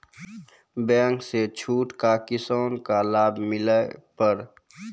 Bank से छूट का किसान का लाभ मिला पर?